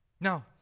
Now